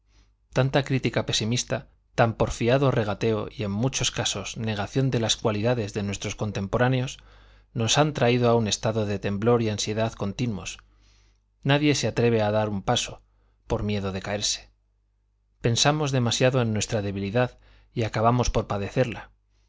tanta crítica pesimista tan porfiado regateo y en muchos casos negación de las cualidades de nuestros contemporáneos nos han traído a un estado de temblor y ansiedad continuos nadie se atreve a dar un paso por miedo de caerse pensamos demasiado en nuestra debilidad y acabamos por padecerla